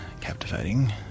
captivating